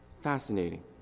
Fascinating